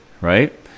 right